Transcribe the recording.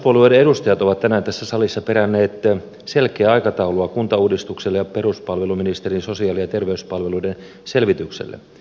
hallituspuolueiden edustajat ovat tänään tässä salissa peränneet selkeää aikataulua kuntauudistukselle ja peruspalveluministerin sosiaali ja terveyspalveluiden selvitykselle